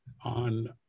on